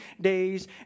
days